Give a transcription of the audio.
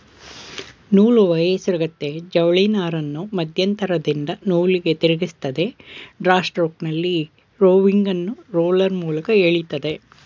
ನೂಲುವ ಹೇಸರಗತ್ತೆ ಜವಳಿನಾರನ್ನು ಮಧ್ಯಂತರದಿಂದ ನೂಲಿಗೆ ತಿರುಗಿಸ್ತದೆ ಡ್ರಾ ಸ್ಟ್ರೋಕ್ನಲ್ಲಿ ರೋವಿಂಗನ್ನು ರೋಲರ್ ಮೂಲಕ ಎಳಿತದೆ